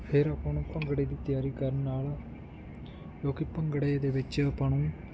ਫਿਰ ਆਪਾਂ ਨੂੰ ਭੰਗੜੇ ਦੀ ਤਿਆਰੀ ਕਰਨ ਨਾਲ ਜੋ ਕਿ ਭੰਗੜੇ ਦੇ ਵਿੱਚ ਆਪਾਂ ਨੂੰ